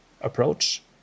approach